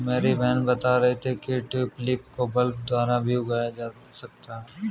मेरी बहन बता रही थी कि ट्यूलिप को बल्ब द्वारा भी उगाया जा सकता है